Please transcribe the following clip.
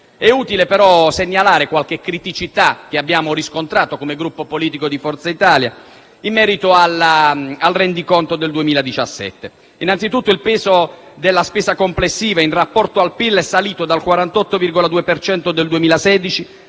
ogni modo, segnalare qualche criticità che abbiamo riscontrato come Gruppo politico Forza Italia in merito al rendiconto del 2017. Anzitutto, il peso della spesa complessiva, in rapporto al PIL, è salito dal 48,2 per